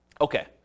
Okay